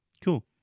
Cool